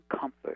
comfort